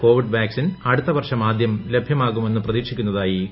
Covid vaccine അടുത്ത വർഷം ആദ്യം ലഭ്യമാകുമെന്ന് പ്രതീക്ഷിക്കുന്നതായി കേന്ദ്രം